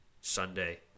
sunday